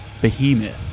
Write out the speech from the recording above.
behemoth